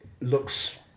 looks